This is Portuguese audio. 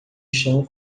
chão